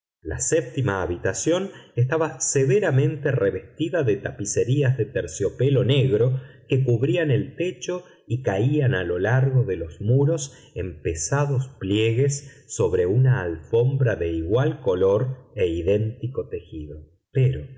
la séptima habitación estaba severamente revestida de tapicerías de terciopelo negro que cubrían el techo y caían a lo largo de los muros en pesados pliegues sobre una alfombra de igual color e idéntico tejido pero